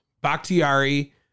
Bakhtiari